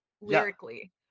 lyrically